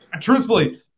Truthfully